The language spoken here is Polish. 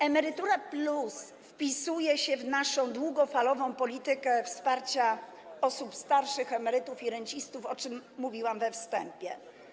Emerytura+” wpisuje się w naszą długofalową politykę wsparcia osób starszych, emerytów i rencistów, o czym mówiłam na wstępie.